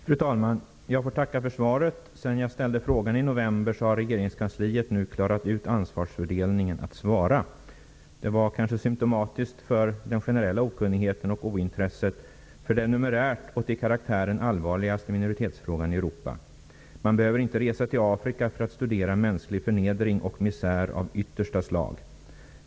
Fru talman! Jag får tacka för svaret. Sedan jag ställde frågan i november har regeringskansliet nu klarat ut vems ansvar det är att svara. Det är kanske symtomatiskt för den generella okunnigheten och för ointresset när det gäller den numerärt och till karaktären allvarligaste minoritetsfrågan i Europa. Man behöver inte resa till Afrika för att studera mänsklig förnedring och misär av yttersta slag.